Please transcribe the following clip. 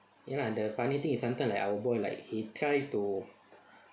ya lah the funny thing is sometimes like our boy like he try to